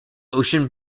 ocean